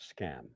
scam